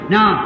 Now